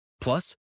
Plus